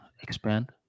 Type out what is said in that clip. Expand